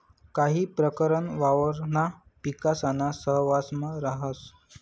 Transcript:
काही प्रकरण वावरणा पिकासाना सहवांसमा राहस